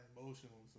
emotional